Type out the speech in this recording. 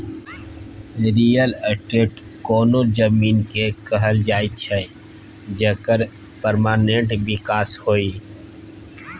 real estate कोनो जमीन केँ कहल जाइ छै जकर परमानेंट बिकास होइ